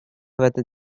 whether